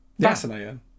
Fascinating